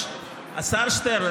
השר שטרן,